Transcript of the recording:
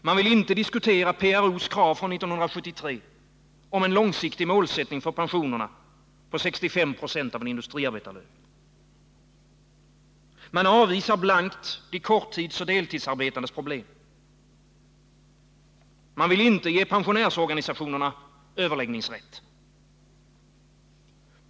Man vill inte diskutera PRO:s krav från 1973 om en långsiktig målsättning för pensionerna på 65 ?» av en industriarbetarlön. Man avvisar blankt de korttidsoch 125 deltidsarbetandes problem. Man vill inte ge pensionärsorganisationerna överläggningsrätt.